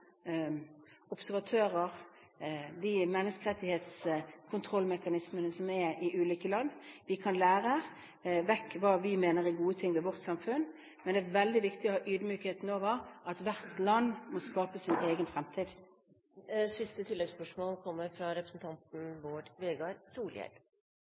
observatører, de menneskerettighetskontrollmekanismene som er i ulike land, vi kan lære vekk hva vi mener er gode ting ved vårt samfunn. Men det er veldig viktig å ha ydmykhet for at hvert land må skape sin egen fremtid.